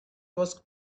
was